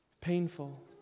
painful